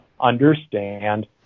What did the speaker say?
understand